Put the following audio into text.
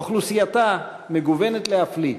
אוכלוסייתה מגוונת להפליא,